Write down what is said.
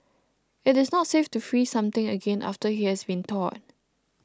it is not safe to freeze something again after it has thawed